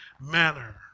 manner